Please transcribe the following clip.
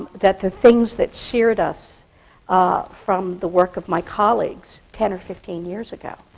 that the things that seared us ah from the work of my colleagues, ten or fifteen years ago,